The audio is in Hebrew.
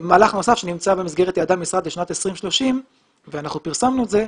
מהלך נוסף שנמצא במסגרת יעדי המשרד לשנת 2030 ואנחנו פרסמנו את זה.